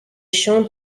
shown